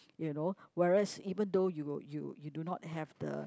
you know whereas even though you you you do not have the